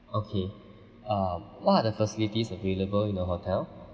okay uh what are the facilities available in the hotel